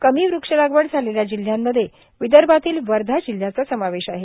कमी वृक्ष लागवड झालेल्या जिल्ह्यांमध्ये विदर्भातील वर्धा जिल्ह्याचा समावेश आहे